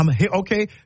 Okay